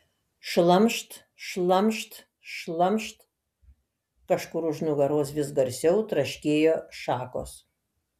šlamšt šlamšt šlamšt kažkur už nugaros vis garsiau traškėjo šakos